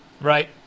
Right